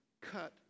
cut